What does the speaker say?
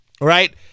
right